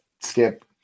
Skip